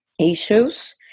issues